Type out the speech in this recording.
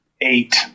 eight